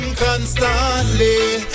constantly